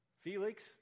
Felix